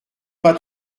pas